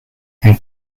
and